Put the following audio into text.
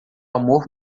amor